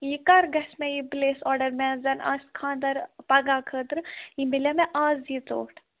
یہِ کَر گژھِ مےٚ یہِ پُلیس آرڈَر مےٚ زَن آسہِ خانٛدَر پگاہ خٲطرٕ یہِ مِلیٛاہ مےٚ اَز یہِ ژوٚٹ